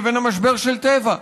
לבין המשבר של טבע.